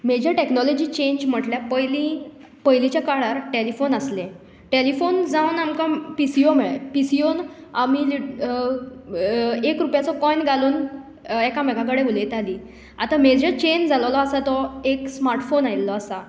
major technology change म्हणल्यार पयलीं पयलींच्या काळार टॅलिफोन आसले टॅलिफोन जावन आमकां पिसिओ मेळ्ळे पिसिओन आमी लीट एक रुपयाचो कॉयन घालून एकामेकां कडेन उलयतालीं आतां मेजर चेंज जाल्लो आसा तो एक स्माट फोन आयिल्लो आसा